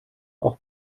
auch